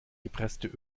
gepresste